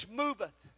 moveth